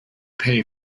pay